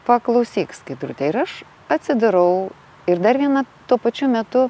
paklausyk skaidrute ir aš atsidarau ir dar viena tuo pačiu metu